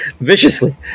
viciously